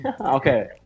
okay